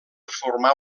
formar